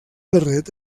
barret